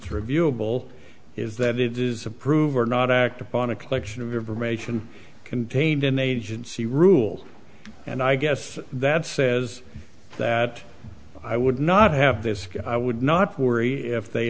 reviewable is that it does approve or not act upon a collection of information contained in the agency rules and i guess that says that i would not have this i would not worry if they